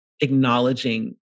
acknowledging